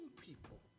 people